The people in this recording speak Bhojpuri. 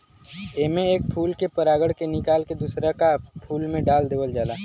एमे एक फूल के परागण के निकाल के दूसर का फूल में डाल देवल जाला